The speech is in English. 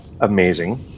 amazing